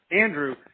Andrew